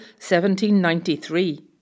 1793